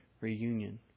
reunion